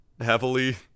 heavily